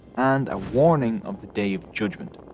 and a warning of the day of judgement.